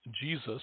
Jesus